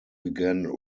began